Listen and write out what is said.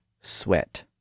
sweat